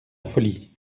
folie